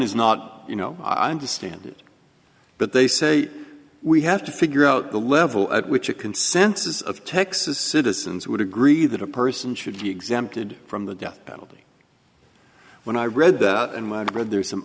is not you know i understand it but they say we have to figure out the level at which a consensus of texas citizens would agree that a person should be exempted from the death penalty when i read that and when i read there are some